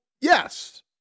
Yes